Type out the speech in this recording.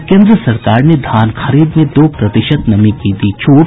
और केन्द्र सरकार ने धान खरीद में दो प्रतिशत नमी की दी छूट